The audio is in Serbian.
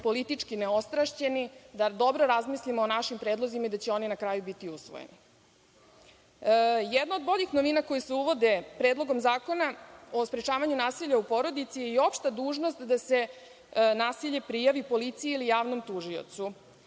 politički neostrašćeni da dobro razmislimo o našim predlozima i da će oni na kraju biti usvojeni. Jedna od boljih novina koje se uvode Predlogom zakona o sprečavanju nasilja u porodici je opšta dužnost da se nasilje prijavi policiji ili javnom tužiocu.